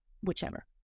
whichever